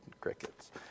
crickets